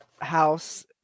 house